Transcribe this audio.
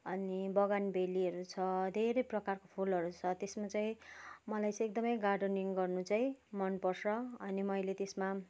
अनि बगानबेलीहरू छ धेरै प्रकारको फुलहरू छ त्यसमा चाहिँ मलाई चाहिँ एकदमै गार्डनिङ गर्नु चाहिँ मनपर्छ अनि मैले त्यसमा